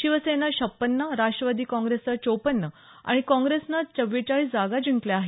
शिवसेनेनं छपन्न राष्ट्रवादी काँग्रेसनं चोपन्न आणि काँग्रेसनं चव्वेचाळीस जागा जिंकल्या आहेत